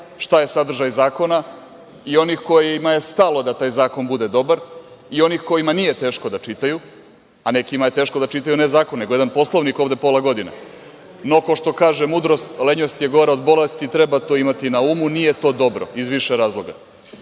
šta je sadržaj zakona i onih kojima je stalo da taj zakon bude dobar i onima kojima nije teško da čitaju, a nekima je teško da čitaju ne zakon, nego jedan Poslovnik ovde pola godine.No, ko što kaže mudrost, lenjost je gora od bolesti i treba to imati na umu. Nije to dobro iz više razloga.